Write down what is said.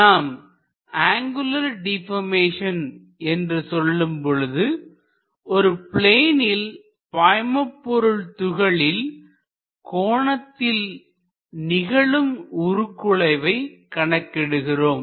நாம் angular deformation என்று சொல்லும் பொழுது ஒரு ப்ளேனில் பாய்மபொருள் துகளில் கோணத்தில் நிகழும் உருகுலைவை கணக்கிடுகிறோம்